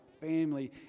family